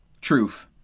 Truth